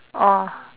oh